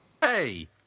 Hey